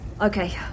Okay